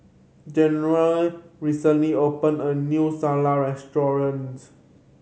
Jerimy recently opened a new Salsa Restaurant